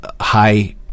high